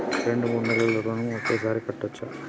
రెండు మూడు నెలల ఋణం ఒకేసారి కట్టచ్చా?